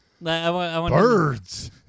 Birds